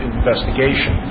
investigation